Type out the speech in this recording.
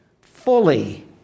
fully